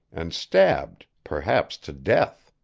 and stabbed, perhaps to death.